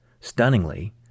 Stunningly